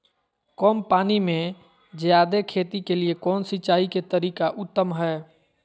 कम पानी में जयादे खेती के लिए कौन सिंचाई के तरीका उत्तम है?